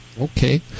Okay